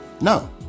No